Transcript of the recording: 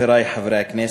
חברי חברי הכנסת,